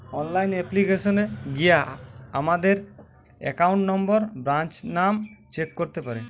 online অ্যাপ্লিকেশানে গিয়া আমাদের একাউন্ট নম্বর, ব্রাঞ্চ নাম চেক করতে পারি